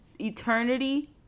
eternity